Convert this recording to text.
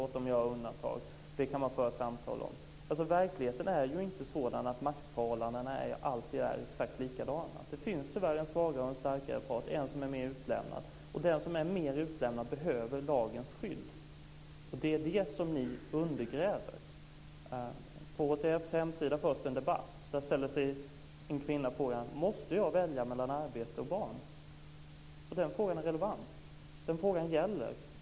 Låt dem göra undantag. Det kan man föra samtal om. Verkligheten är ju inte sådan att maktförhållandena alltid är exakt likadana. Det finns tyvärr en starkare och en svagare part, en som är mer utlämnad, och den som är mer utlämnad behöver lagens skydd. Det är det som ni undergräver. På HTF:s hemsida förs det en debatt. En kvinna ställer där frågan: Måste jag välja mellan arbete och barn? Den frågan är relevant. Den frågan gäller.